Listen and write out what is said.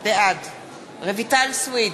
בעד רויטל סויד,